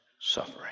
suffering